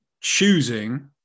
choosing